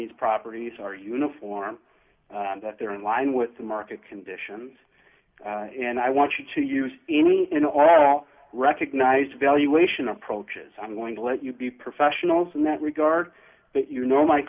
these properties are uniform and that they're in line with the market conditions and i want you to use any and all recognise valuation approaches i'm going to let you be professionals in that regard but you know my